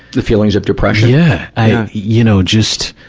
the feelings of depression? yeah. i, you know, just,